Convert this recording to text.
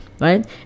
right